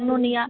নুনিয়া